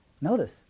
Notice